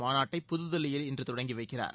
மாநாட்டை புதுதில்லியில் இன்று தொடங்கி வைக்கிறார்